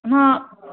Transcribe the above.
ಹಾಂ